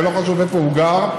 ולא חשוב איפה הוא גר,